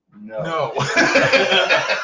No